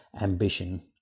ambition